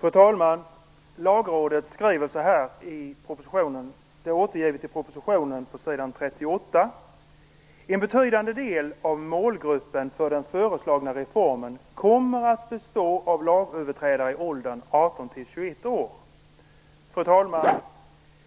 Fru talman! På s. 38 i propositionen återges följande yttrande av Lagrådet: En betydande del av målgruppen för den föreslagna reformen kommer att bestå av lagöverträdare i åldern 18-21 år. Fru talman!